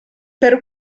per